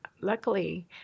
Luckily